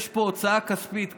יש פה הוצאה כספית.